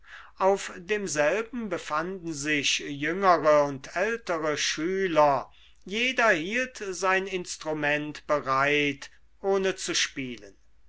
auf demselben befanden sich jüngere und ältere schüler jeder hielt sein instrument bereit ohne zu spielen